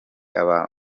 aba